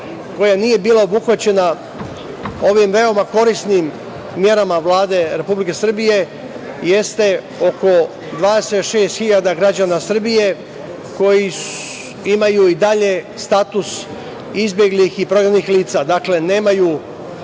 koja nije bila obuhvaćena ovim veoma korisnim merama Vlade Republike Srbije jeste oko 26.000 građana Srbije koji imaju i dalje status izbeglih i prognanih lica, dakle nemaju